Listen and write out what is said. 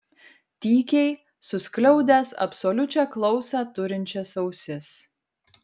tykiai suskliaudęs absoliučią klausą turinčias ausis